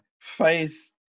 faith